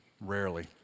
Rarely